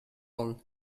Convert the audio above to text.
all